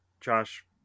Josh